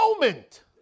moment